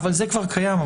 אבל זה כבר קיים.